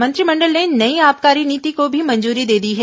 मंत्रिमंडल ने नई आबकारी नीति को भी मंजूरी दे दी है